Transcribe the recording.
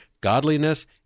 godliness